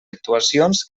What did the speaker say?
actuacions